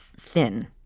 thin